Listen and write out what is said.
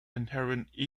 inherently